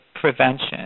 prevention